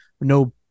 no